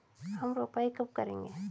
हम रोपाई कब करेंगे?